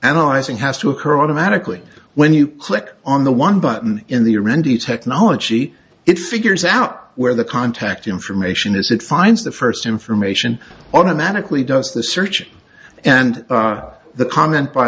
analyzing has to occur automatically when you click on the one button in the randi technology it figures out where the contact information as it finds the first information automatically does the search and the comment by